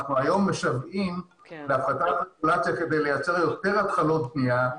אנחנו היום משוועים להפחתת רגולציה כדי לייצר יותר התחלות בנייה.